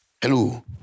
Hello